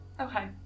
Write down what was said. okay